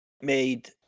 made